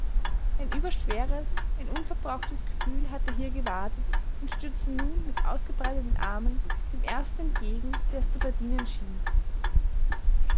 ein überschweres ein unverbrauchtes gefühl hatte hier gewartet und stürzte nun mit ausgebreiteten armen dem ersten entgegen der es zu verdienen schien